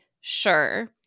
sure